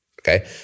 Okay